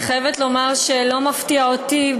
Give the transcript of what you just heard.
אני חייבת לומר שלא מפתיע אותי,